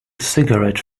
cigarette